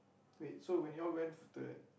wait so when you all went to that